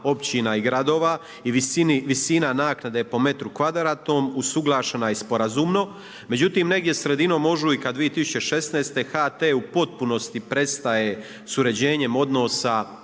HT u potpunosti s uređenjem odnosa sa